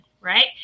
right